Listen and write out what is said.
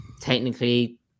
technically